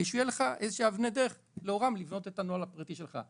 שיהיו לך אבני דרך לאורן לבנות את הנוהל הפרטי שלך.